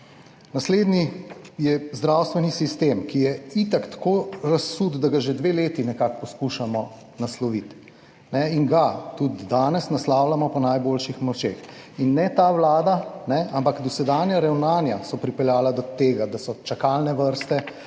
Naslednji je zdravstveni sistem, ki je itak tako razsut, da ga že dve leti nekako poskušamo nasloviti in ga tudi danes naslavljamo po najboljših močeh. In ne ta vlada ne, ampak dosedanja ravnanja so pripeljala do tega, da so čakalne vrste,